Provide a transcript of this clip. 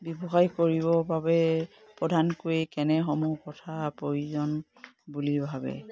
ব্যৱসায় কৰিবৰ বাবে প্ৰধানকৈ কেনেসমূহ কথা প্ৰয়োজন বুলি ভাবে